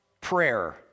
prayer